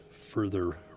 further